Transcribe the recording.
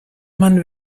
man